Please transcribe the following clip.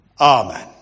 Amen